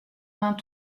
vingt